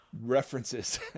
references